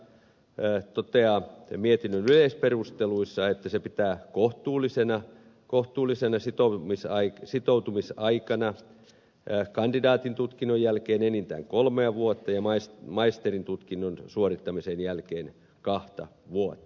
puolustusvaliokunta toteaa mietinnön yleisperusteluissa että se pitää kohtuullisena sitoutumisaikana kandidaatin tutkinnon jälkeen enintään kolmea vuotta ja maisterin tutkinnon suorittamisen jälkeen kahta vuotta